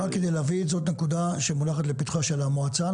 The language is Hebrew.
רק כדי להבין: זו נקודה שמונחת לפתחה של המועצה,